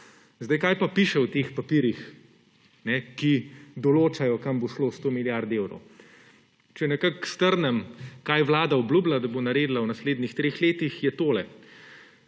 evrov. Kaj pa piše v teh papirjih, ki določajo, kam bo šlo 100 milijard evrov? Če strnem, kaj Vlada obljublja, da bo naredila v naslednjih treh letih, je tole.